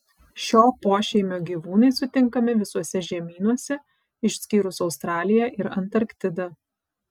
šio pošeimio gyvūnai sutinkami visuose žemynuose išskyrus australiją ir antarktidą